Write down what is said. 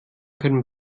können